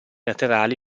laterali